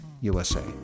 USA